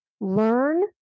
learn